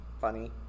funny